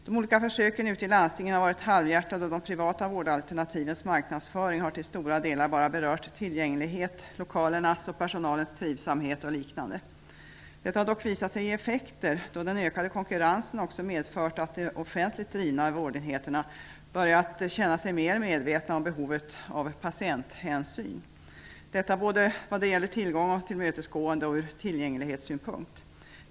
De olika försöken ute i landstingen har varit halvhjärtade, och de privata vårdalternativens marknadsföring har till stora delar bara berört tillgänglighet, lokalernas trivsamhet, personalens trivsel o.d. Detta har dock visat sig ge effekter, då den ökade konkurrensen också har medfört att de offentligt drivna vårdenheterna börjat känna sig mera medvetna om behovet av patienthänsyn, vad gäller både tillgång och tillmötesgående men också från tillgänglighetssynpunkt.